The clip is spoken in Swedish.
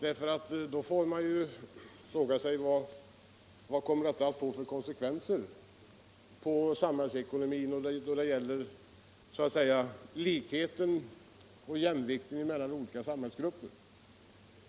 Man får ju fråga sig vad det kommer att få för konsekvenser för samhällsekonomin och då det gäller likheten och jämvikten mellan olika samhällsgrupper.